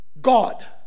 God